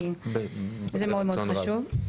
כי זה מאוד חשוב.